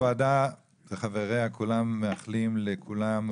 הוועדה וחבריה מאחלים לכולם,